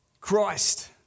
Christ